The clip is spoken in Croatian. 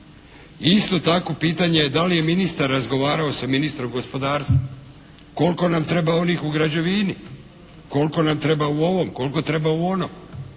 isto tako pitanje je da li je ministar razgovarao sa ministrom gospodarstva. Koliko nam treba onih u građevini, koliko nam treba u ovom, koliko treba u onom.